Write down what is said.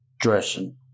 dressing